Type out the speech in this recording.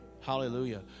hallelujah